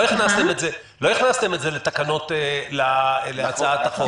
לא הכנסתם את זה להצעת החוק.